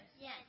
yes